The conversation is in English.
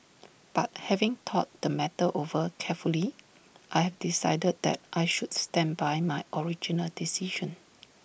but having thought the matter over carefully I have decided that I should stand by my original decision